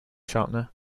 sharpener